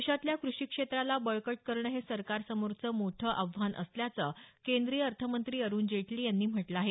देशातल्या क्रषी क्षेत्राला बळकट करणं हे सरकारसमोर मोठं आव्हान असल्याचं केंद्रीय अर्थमंत्री अरुण जेटली यांनी म्हटलं आहे